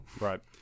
Right